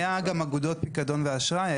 היה גם אגודות פקדון ואשראי.